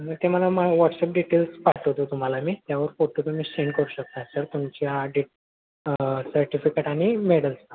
मग ते मला मा वॉट्सअप डिटेल्स पाठवतो तुम्हाला मी त्यावर फोटो तुम्ही सेंड करू शकता सर तुमची डे सर्टिफिकेट आणि मेडल्स